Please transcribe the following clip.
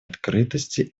открытости